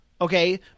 okay